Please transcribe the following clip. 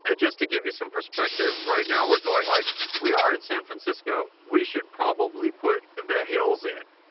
ah just to give you some perspective. right now we're going like we are in san francisco, we should probably put the hills in.